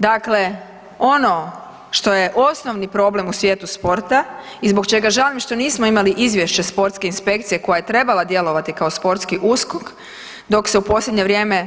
Dakle, ono što je osnovni problem u svijetu sporta i zbog čega žalim što nismo imali izvješće sportske inspekcije koja je trebala djelovati kao sportski USKOK, dok se u posljednje vrijeme